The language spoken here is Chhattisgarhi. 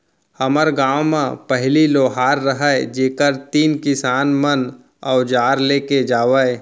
हर गॉंव म पहिली लोहार रहयँ जेकर तीन किसान मन अवजार लेके जावयँ